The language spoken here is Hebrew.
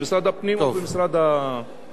עם משרד הפנים ועם משרד המשפטים.